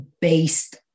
based